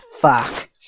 fuck